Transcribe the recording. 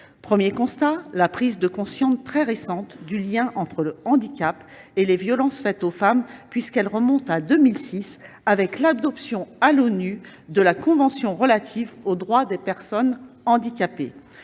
premier constat est la prise de conscience très récente du lien entre le handicap et les violences faites aux femmes puisqu'elle remonte à 2006, avec l'adoption par l'ONU de la convention relative aux droits des personnes handicapées.